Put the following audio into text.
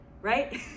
right